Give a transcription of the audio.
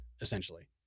essentially